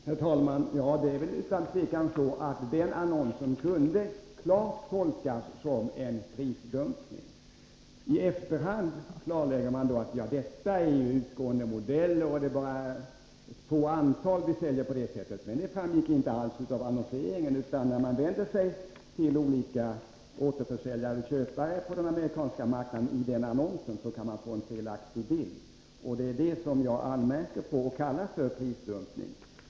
Herr talman! Det är inget tvivel om att annonsen kunde tolkas som en prisdumpning. I efterhand klarlägger man att det bara är fråga om utgående modeller och ett begränsat antal man säljer på det sättet, men det framgick inte alls av annonseringen. De återförsäljare och köpare på den amerikanska marknaden som annonsen vände sig till kunde få en felaktig bild. Det är detta jag anmärker på och kallar för prisdumpning.